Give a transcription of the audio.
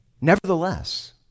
Nevertheless